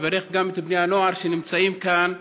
אני מברך גם את בני הנוער שנמצאים כאן.